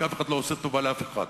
כי אף אחד לא עושה טובה לאף אחד.